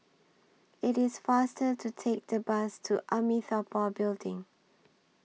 IT IS faster to Take The Bus to Amitabha Building